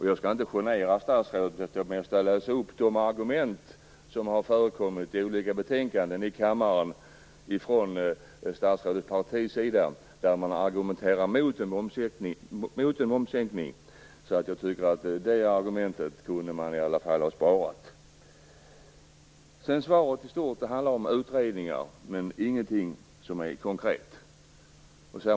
Jag skall inte genera statsrådet med att läsa upp de argument mot en momssänkning som har förekommit från hans partis sida i olika betänkanden, men jag tycker att det argumentet kunde man i alla fall ha sparat. Svaret i stort handlar om utredningar, men det finns ingenting konkret.